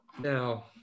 Now